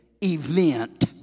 event